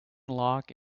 lock